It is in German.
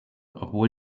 obwohl